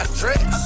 dress